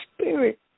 spirit